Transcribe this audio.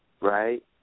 Right